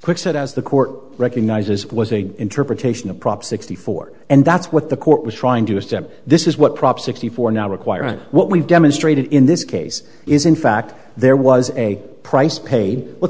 kwikset as the court recognizes it was a interpretation of prop sixty four and that's what the court was trying to step this is what prop sixty four now require and what we've demonstrated in this case is in fact there was a price paid let's